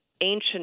ancient